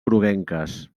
groguenques